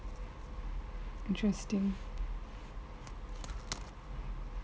interesting